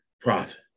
profit